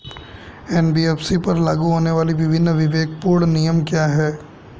NBFC पर लागू होने वाले विभिन्न विवेकपूर्ण नियम क्या हैं?